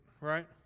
right